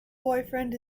boyfriend